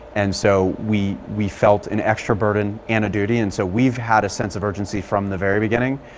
and so we we felt an extra burden and a duty. and so we've had a sense of urgency from the very beginning.